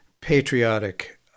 patriotic